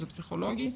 זה פסיכולוגי.